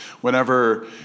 whenever